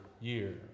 year